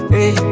Hey